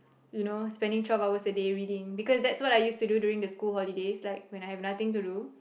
you know spending twelve hours a day reading because that's what I used to do during the school holidays like when I have nothing to do